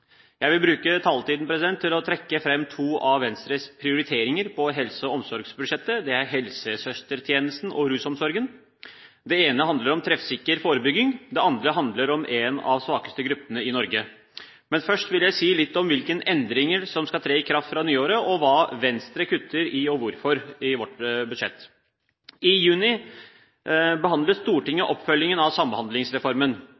Jeg vil bruke taletiden til å trekke fram to av Venstres prioriteringer i helse- og omsorgsbudsjettet. Det er helsesøstertjenesten og rusomsorgen. Det ene handler om treffsikker forebygging, det andre handler om en av de svakeste gruppene i Norge. Først vil jeg si litt om hvilke endringer som skal tre i kraft fra nyåret, hva Venstre kutter i, og hvorfor, i vårt budsjett. I juni behandlet